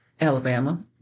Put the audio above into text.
Alabama